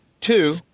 Two